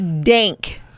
dank